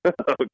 okay